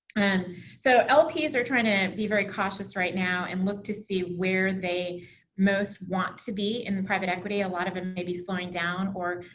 and so lps are trying to be very cautious right now and look to see where they most want to be in the private equity. a lot of them and may be slowing down or